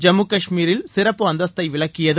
ஜம்மு காஷ்மீரில் சிறப்பு அந்தஸ்தை விலக்கியது